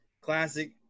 Classic